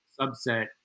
subset